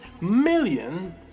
million